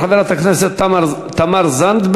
חברת הכנסת תמר זנדברג,